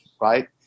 right